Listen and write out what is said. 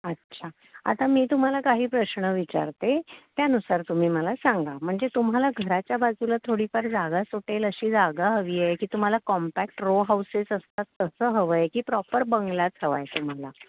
अच्छा आता मी तुम्हाला काही प्रश्न विचारते त्यानुसार तुम्ही मला सांगा म्हणजे तुम्हाला घराच्या बाजूला थोडीफार जागा सुटेल अशी जागा हवी आहे की तुम्हाला कॉम्पॅक्ट रो हाऊसेस असतात तसं हवं आहे की प्रॉपर बंगलाच हवा आहे तुम्हाला